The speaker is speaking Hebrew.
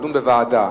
יידון בוועדה.